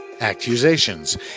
accusations